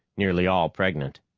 nearly all pregnant.